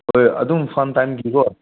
ꯍꯣꯏ ꯑꯗꯨꯝ ꯐꯝ ꯇꯥꯏꯝꯒꯤꯅꯤꯀꯣ